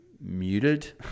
muted